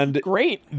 Great